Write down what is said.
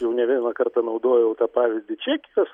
jau ne vieną kartą naudojau tą pavyzdį čekijos